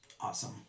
Awesome